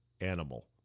animal